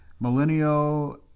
millennial